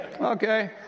Okay